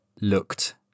looked